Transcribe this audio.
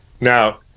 Now